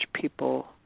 people